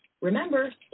Remember